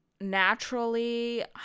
naturally